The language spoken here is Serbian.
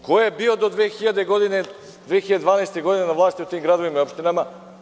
Ko je bio do 2012. godine na vlasti u tim gradovima i opštinama?